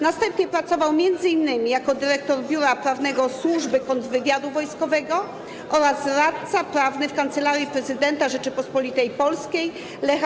Następnie pracował m.in. jako dyrektor Biura Prawnego Służby Kontrwywiadu Wojskowego oraz radca prawny w Kancelarii Prezydenta Rzeczypospolitej Polskiej Lecha